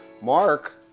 Mark